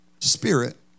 spirit